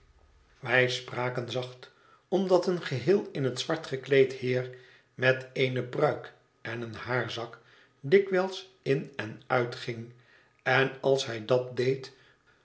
wij spraken zacht omdat een geheel in het zwart gekleed heer met eene pruik en een haarzak dikwijls in en uitging en als hij dat deed